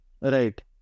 right